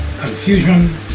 confusion